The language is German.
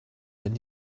wenn